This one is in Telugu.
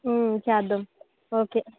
చేద్దాం ఓకే